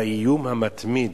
והאיום המתמיד,